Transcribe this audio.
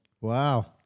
Wow